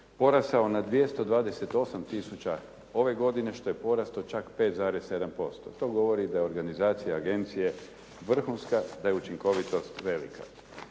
porasao na 228 tisuća ove godine što je porast od čak 5,7%. To govori da je organizacija agencije vrhunska, da je učinkovitost velika.